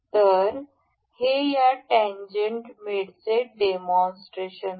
तर हे या टॅन्जेन्ट मेटचे डेमॉन्स्ट्रेशन होते